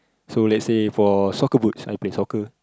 so let's says for soccer boots I play soccer